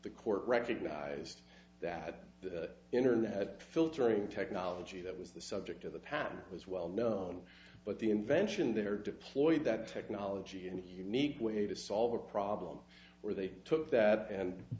the court recognized that the internet filtering technology that was the subject of the patent was well known but the invention there deployed that technology in the unique way to solve a problem or they took that and